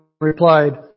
replied